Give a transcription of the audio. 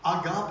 agape